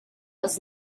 was